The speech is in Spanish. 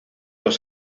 los